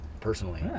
personally